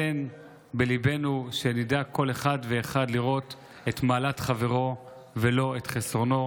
תן בליבנו שנדע כל אחד ואחד לראות את מעלת חברו ולא את חסרונו.